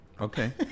Okay